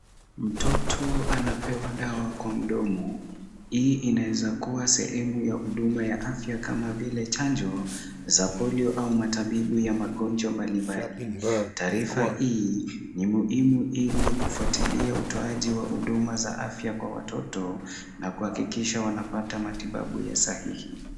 Mtoto anapewa dawa kwa mdomo. Hii inaeza kuwa sehemu ya huduma ya afya kama vile chanjo za polio au matabibu ya magonjwa mbalimbali. Taarifa hii ni muhimu ili kufuatilia utoaji wa huduma za afya kwa watoto na kuhakikisha wanapata matibabu ya sahihi.